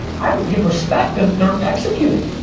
i would give respect that they're executing.